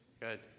Good